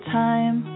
time